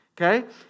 okay